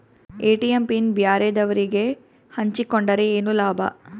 ATM PIN ಬ್ಯಾರೆದವರಗೆ ಹಂಚಿಕೊಂಡರೆ ಏನು ಲಾಭ?